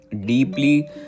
deeply